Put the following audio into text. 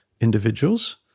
individuals